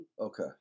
Okay